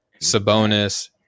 Sabonis